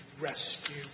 rescue